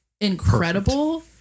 incredible